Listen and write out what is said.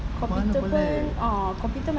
computer pun a'ah computer